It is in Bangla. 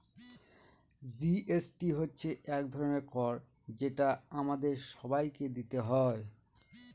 জি.এস.টি হচ্ছে এক ধরনের কর যেটা আমাদের সবাইকে দিতে হয়